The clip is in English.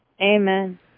Amen